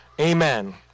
Amen